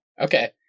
Okay